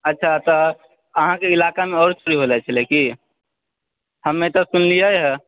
अच्छा तऽ अहाँके इलाकामे आओर चोरी भेल छलै की हमे तऽ सुनलियै हँ